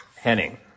Henning